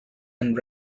and